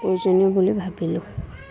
প্ৰয়োজনীয় বুলি ভাবিলোঁ